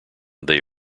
they